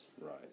Right